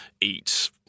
eat